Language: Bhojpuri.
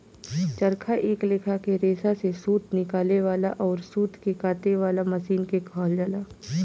चरखा एक लेखा के रेसा से सूत निकाले वाला अउर सूत के काते वाला मशीन के कहल जाला